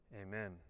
Amen